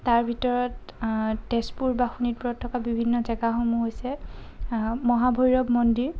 তাৰ ভিতৰত তেজপুৰ বা শোণিতপুৰত থকা বিভিন্ন জেগাসমূহ হৈছে মহাভৈৰৱ মন্দিৰ